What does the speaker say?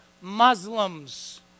Muslims